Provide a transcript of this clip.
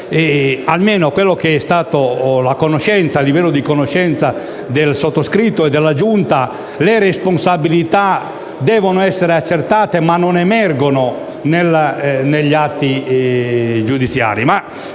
trasmesso, a livello di conoscenza, al sottoscritto e alla Giunta - le responsabilità devono essere accertate, ma non emergono negli atti giudiziari.